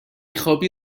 خوابی